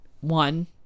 one